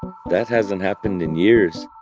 that hasn't happened in years.